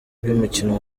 y’umukino